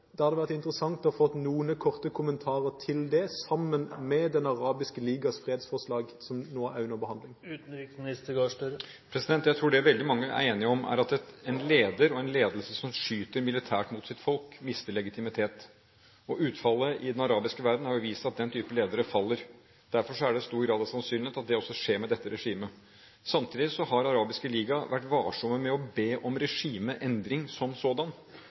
Det hadde vært interessant å få noen korte kommentarer til det, sammen med Den arabiske ligas fredsforslag, som nå er under behandling. Jeg tror det veldig mange er enige om, er at en leder og en ledelse som skyter militært mot sitt folk, mister legitimitet. Utfallet i den arabiske verden har vist at den type ledere faller. Derfor er det stor grad av sannsynlighet for at det også skjer med dette regimet. Samtidig har Den arabiske liga vært varsom med å be om regimeendring som sådan.